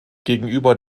gegenüber